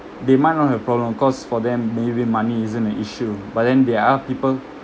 they might not have problem cause for them maybe money isn't an issue but then there are people